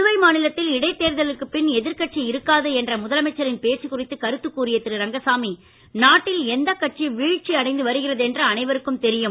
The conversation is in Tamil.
புதுவை மாநிலத்தில் இடைத் தேர்தலுக்கு பின் எதிர்கட்சி இருக்காது என்ற முதலமைச்சரின் பேச்சு குறித்து கருத்துக் கூறிய திரு ரங்கசாமி நாட்டில் எந்தக் கட்சி வீழ்ச்சி அடைந்து வருகிறது என்பது அனைருக்கும் தெரியும்